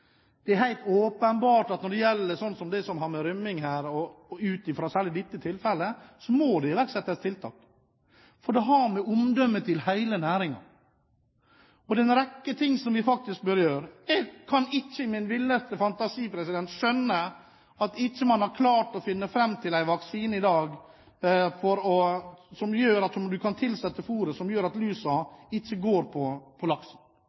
særlig i dette tilfellet, må det iverksettes tiltak. For det har med omdømmet til hele næringen å gjøre. Det er en rekke ting som vi faktisk bør gjøre. Jeg kan ikke i min villeste fantasi skjønne at man i dag ikke har klart å finne fram til en vaksine som man kan tilsette fôret, som gjør at lusen ikke går på laksen. Det kan jeg faktisk ikke skjønne. Det har å gjøre med hvor mye man er villig til å sette inn av midler og tiltak for å sørge for at